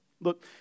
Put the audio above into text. Look